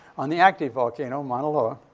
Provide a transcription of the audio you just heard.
on the active volcano, mauna loa.